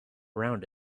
around